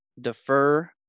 defer